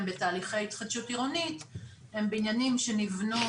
בתהליכי התחדשות עירונית הם בניינים שנבנו,